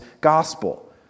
gospel